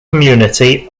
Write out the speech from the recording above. community